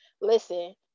Listen